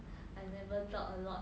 I never talk a lot